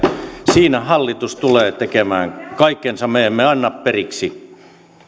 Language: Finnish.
siinä hallitus tulee tekemään kaikkensa me emme anna periksi